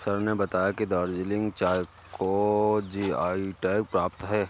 sir ने बताया कि दार्जिलिंग चाय को जी.आई टैग प्राप्त है